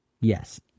yes